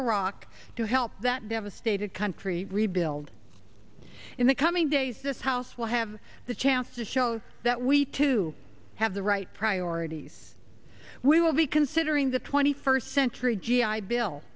iraq to help that devastated country rebuild in the coming days this house will have the chance to show that we too have the right priorities we will be considering the twenty first century g i bill